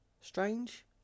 Strange